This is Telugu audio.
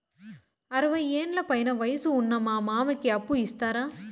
అరవయ్యేండ్ల పైన వయసు ఉన్న మా మామకి అప్పు ఇస్తారా